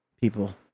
people